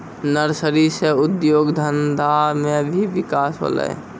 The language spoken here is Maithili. नर्सरी से उद्योग धंधा मे भी बिकास होलै